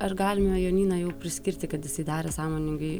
ar galima jonyną jau priskirti kad jisai darė sąmoningai